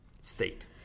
state